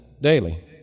daily